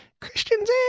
Christians